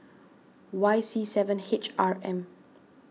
Y C seven H R M